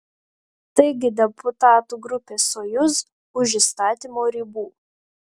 taigi deputatų grupė sojuz už įstatymo ribų